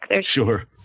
Sure